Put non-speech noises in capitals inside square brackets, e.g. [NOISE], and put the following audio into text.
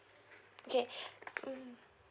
okay [BREATH] mm